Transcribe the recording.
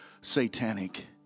satanic